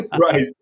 Right